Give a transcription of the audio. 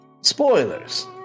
Spoilers